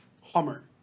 hummer